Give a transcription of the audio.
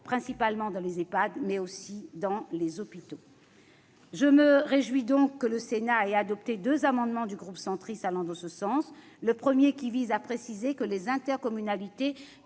paramédical dans les Ehpad, mais aussi dans les hôpitaux. Je me réjouis donc que le Sénat ait adopté deux amendements du groupe centriste allant dans ce sens. Le premier visait à préciser que les intercommunalités